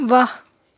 واہ